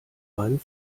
meinen